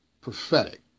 prophetic